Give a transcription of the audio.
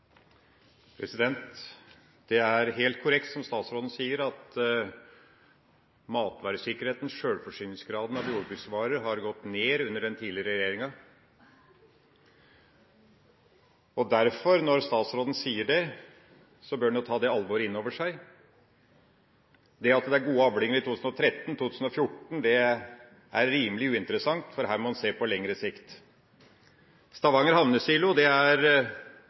Det er helt korrekt, som statsråden sier, at matvaresikkerheten, sjølforsyningsgraden av jordbruksvarer, har gått ned under den tidligere regjeringa. Derfor – når statsråden sier det – bør en jo ta det alvoret innover seg. Det at det er gode avlinger i 2013–2014, er rimelig uinteressant, for her må en se på lengre sikt. Stavanger Havnesilo